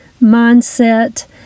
mindset